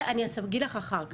אני אגיד לך אחר כך.